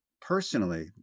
personally